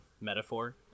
metaphor